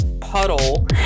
puddle